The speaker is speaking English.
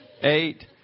eight